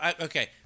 okay